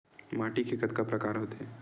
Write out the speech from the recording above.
माटी के कतका प्रकार होथे?